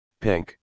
pink